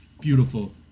Beautiful